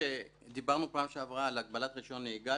דיברנו בפעם שעברה על הגבלת רישיון נהיגה,